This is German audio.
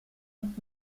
und